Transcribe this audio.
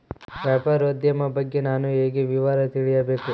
ವ್ಯಾಪಾರೋದ್ಯಮ ಬಗ್ಗೆ ನಾನು ಹೇಗೆ ವಿವರ ತಿಳಿಯಬೇಕು?